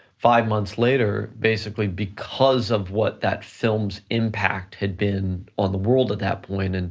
five months later, basically because of what that film's impact had been on the world at that point, and